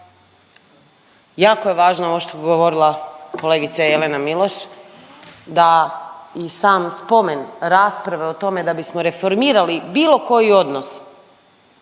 jako je važno ovo što je govorila kolegica Jelena Miloš, da i sam spomen rasprave o tome da bismo reformirali bilo koji odnos,